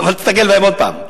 אבל תסתכל בהם עוד פעם.